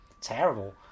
Terrible